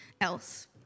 else